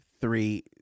three